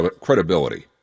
credibility